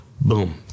Boom